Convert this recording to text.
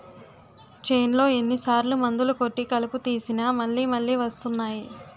చేన్లో ఎన్ని సార్లు మందులు కొట్టి కలుపు తీసినా మళ్ళి మళ్ళి వస్తున్నాయి